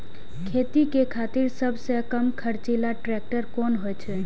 खेती के खातिर सबसे कम खर्चीला ट्रेक्टर कोन होई छै?